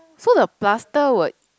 so the plaster would